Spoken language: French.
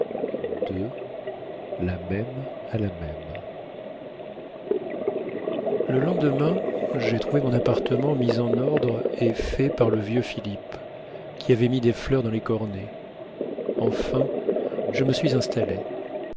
la même le lendemain j'ai trouvé mon appartement mis en ordre et fait par le vieux philippe qui avait mis des fleurs dans les cornets enfin je me suis installée